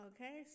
Okay